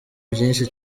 byinshi